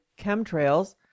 chemtrails